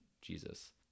Jesus